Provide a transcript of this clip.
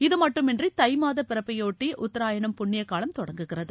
இது மட்டுமன்றி தை மாத பிறப்பையொட்டி உத்தராயணம் புன்னியகாலம் தொடங்கிறது